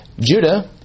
Judah